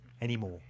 anymore